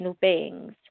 beings